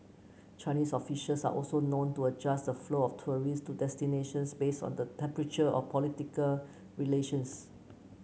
Chinese officials are also known to adjust the flow of tourist to destinations based on the temperature of political relations